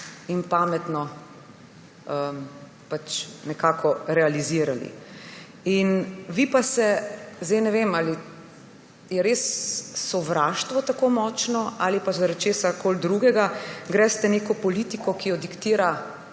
in pametno realizirali. Vi pa se – zdaj ne vem, ali je res sovraštvo tako močno ali pa zaradi česarkoli drugega – greste neko politiko, ki jo diktira